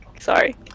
Sorry